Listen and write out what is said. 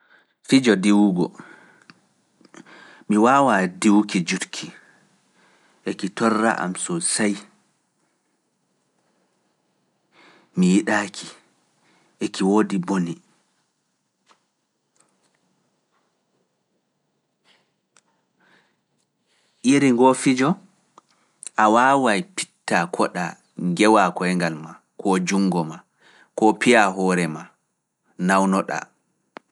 Fijo diwugo, mi waawaa diwuki jutki, eki torra am so sey, mi yidaaki. Eki wodi bone. ko ngewaa koyngal maa, koo junngo maa, koo piya hoore maa, nawnoɗaa.